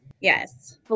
Yes